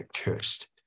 cursed